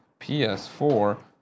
PS4